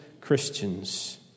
Christians